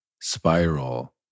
spiral